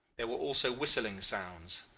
there were also whistling sounds.